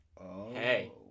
hey